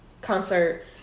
concert